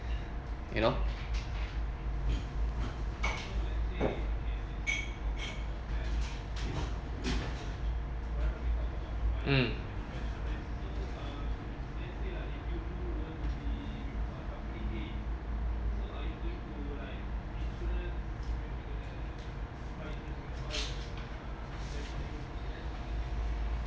you know um